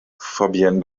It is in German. fabienne